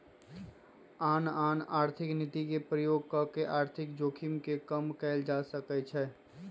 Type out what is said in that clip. आन आन आर्थिक नीति के प्रयोग कऽ के आर्थिक जोखिम के कम कयल जा सकइ छइ